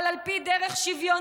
אבל על פי דרך שוויונית,